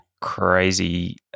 crazy